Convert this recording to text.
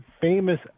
famous